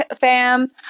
fam